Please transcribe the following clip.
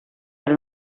per